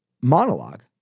monologue